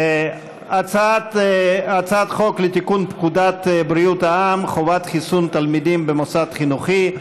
הצעת חוק לתיקון פקודת בריאות העם (חובת חיסון תלמידים במוסד חינוכי),